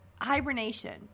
Hibernation